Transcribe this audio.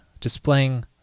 displaying